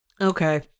Okay